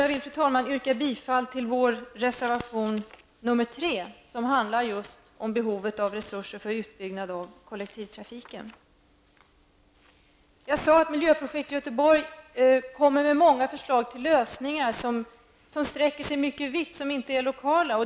Jag vill yrka bifall till vår reservation nr Jag sade att Miljöprojekt Göteborg kommer med många förslag till lösningar som sträcker ut sig vitt och inte är lokala.